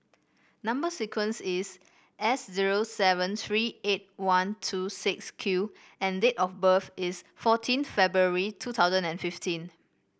number sequence is S zero seven three eight one two six Q and date of birth is fourteenth February two thousand and fifteen